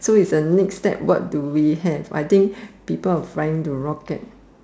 so it's a next step what do we have I think people are trying to rocket